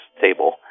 table